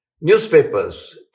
newspapers